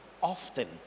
often